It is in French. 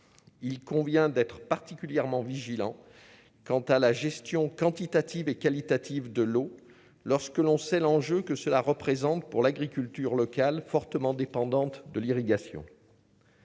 il convient d'être particulièrement vigilants quant à la gestion quantitative et qualitative de l'eau lorsque l'on sait l'enjeu que cela représente pour l'agriculture locale fortement dépendantes de l'irrigation.